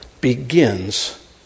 begins